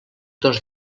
dos